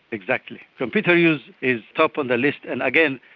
exactly. computer use is top of the list, and again,